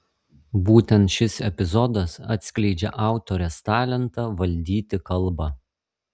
būtent šis epizodas atskleidžią autorės talentą valdyti kalbą